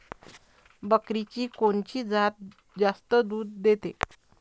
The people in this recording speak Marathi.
बकरीची कोनची जात जास्त दूध देते?